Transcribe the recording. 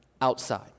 outside